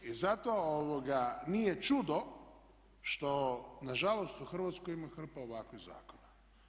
I zato nije čudo što nažalost u Hrvatskoj ima hrpa ovakvih zakona.